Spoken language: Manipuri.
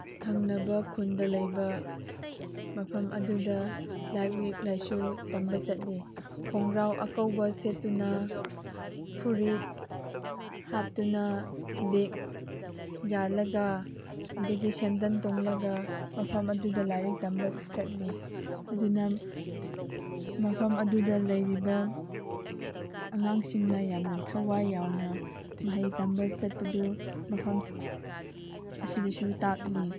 ꯊꯪꯅꯕ ꯈꯨꯟꯗ ꯂꯩꯕ ꯃꯐꯝ ꯑꯗꯨꯗ ꯂꯥꯏꯔꯤꯛ ꯂꯥꯏꯁꯨ ꯇꯝꯕ ꯆꯠꯂꯤ ꯈꯣꯡꯒ꯭ꯔꯥꯎ ꯑꯀꯧꯕ ꯁꯦꯠꯇꯨꯅ ꯐꯨꯔꯤꯠ ꯍꯥꯞꯇꯨꯅ ꯕꯦꯛ ꯌꯥꯜꯂꯒ ꯑꯗꯒꯤ ꯁꯦꯟꯇꯟ ꯇꯣꯡꯂꯒ ꯃꯐꯝ ꯑꯗꯨꯗ ꯂꯥꯏꯔꯤꯛ ꯇꯝꯕ ꯆꯠꯂꯤ ꯑꯗꯨꯅ ꯃꯐꯝ ꯑꯗꯨꯗ ꯂꯩꯔꯤꯕ ꯑꯉꯥꯡꯁꯤꯡꯅ ꯌꯥꯝꯅ ꯊꯋꯥꯏ ꯌꯥꯎꯅ ꯃꯍꯩ ꯇꯝꯕ ꯆꯠꯄꯗꯨ ꯃꯐꯝ ꯑꯁꯤꯗꯁꯨ ꯇꯥꯛꯂꯤ